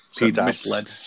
misled